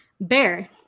bear